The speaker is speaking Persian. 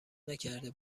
نکرده